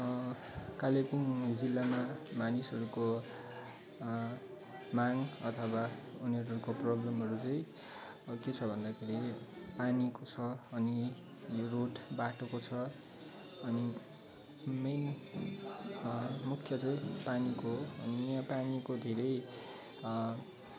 कालिम्पोङ जिल्लामा मानिसहरूको माग अथवा उनीहरूको प्रबलमहरू चाहिँ के छ भन्दाखेरि पानीको छ अनि यो रोड बाटोको छ अनि मेन मुख्य चाहिँ पानीको हो अनि यो पानीको धेरै